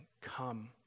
Come